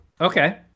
Okay